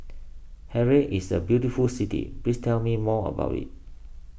Harare is a very beautiful city please tell me more about it